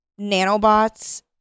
nanobots